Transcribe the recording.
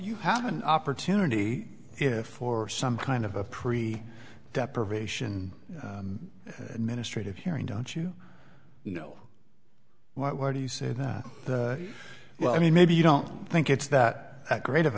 you have an opportunity if for some kind of a pre depravation administrative hearing don't you know why do you say that well i mean maybe you don't think it's that great of